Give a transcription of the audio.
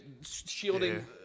shielding